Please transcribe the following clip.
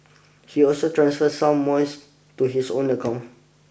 he also transferred some monies to his own account